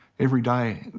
every day,